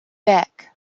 beck